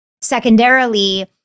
Secondarily